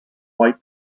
white